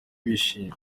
bishimye